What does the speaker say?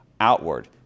Outward